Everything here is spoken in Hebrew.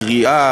קריאה,